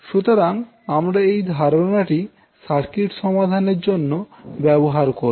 সুতরাং আমরা এই ধারণাটি সার্কিট সমাধানের জন্য ব্যবহার করব